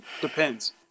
Depends